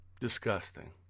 disgusting